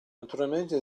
naturalmente